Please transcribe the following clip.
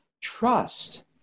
trust